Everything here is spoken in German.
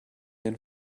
den